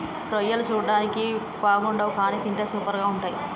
రొయ్యలు చూడడానికి బాగుండవ్ కానీ తింటే సూపర్గా ఉంటయ్